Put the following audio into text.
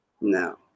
No